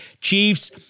Chiefs